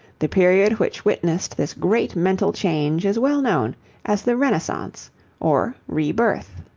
the period which witnessed this great mental change is well known as the renaissance or rebirth.